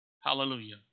Hallelujah